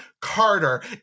Carter